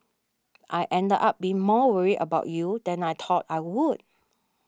I ended up being more worried about you than I thought I would